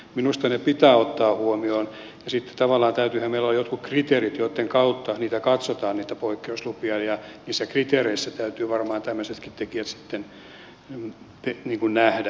minusta ne pitää ottaa huomioon ja sitten tavallaan täytyyhän meillä olla jotkut kriteerit joitten kautta niitä poikkeuslupia katsotaan ja niissä kriteereissä täytyy varmaan tämmöisetkin tekijät sitten nähdä